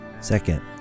Second